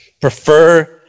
prefer